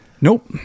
nope